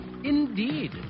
Indeed